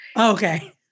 Okay